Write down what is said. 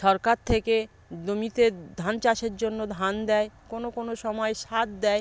সরকার থেকে জমিতে ধান চাষের জন্য ধান দেয় কোনো কোনো সময় সার দেয়